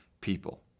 people